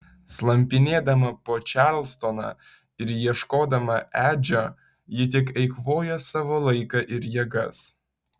slampinėdama po čarlstoną ir ieškodama edžio ji tik eikvoja savo laiką ir jėgas